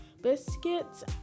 biscuits